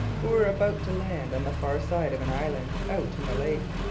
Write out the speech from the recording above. who were about to land on the far side of an island out in the lake.